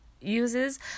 uses